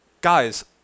guys